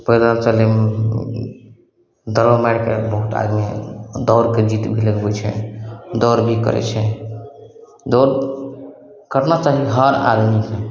पहिले चाहय दौड़नायके बहुत आदमी दौड़के जीत भी लगबय छै दौड़ भी करय छै दौड़ करना चाही हर आदमीके